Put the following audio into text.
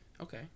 Okay